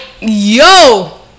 Yo